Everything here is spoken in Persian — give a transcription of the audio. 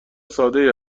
سادهای